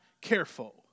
careful